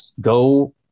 go